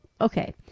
okay